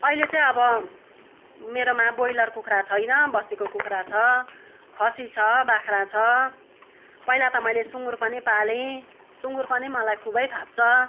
अहिले चाहिँ अब मेरोमा ब्रोइलर कुखुरा छैन बस्तीको कुखुरा छ खसी छ बाख्रा छ पहिला त मैले सुँगुर पनि पालेँ सुँगुर पनि मलाई खुबै फाप्छ